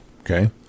okay